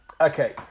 Okay